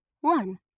one